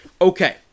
Okay